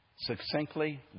Succinctly